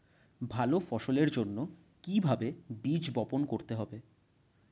ভালো ফসলের জন্য কিভাবে বীজ বপন করতে হবে?